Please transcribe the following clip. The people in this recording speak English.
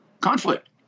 conflict